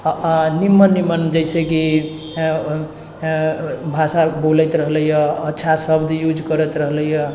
निमन निमन जइसेकि भाषा बोलैत रहलैए अच्छा शब्द यूज करैत रहलैए